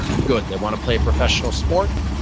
good. they want to play a professional sport?